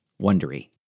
Wondery